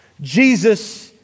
Jesus